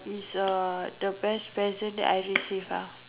is uh the best present that I received ah